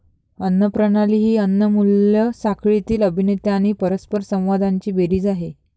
अन्न प्रणाली ही अन्न मूल्य साखळीतील अभिनेते आणि परस्परसंवादांची बेरीज आहे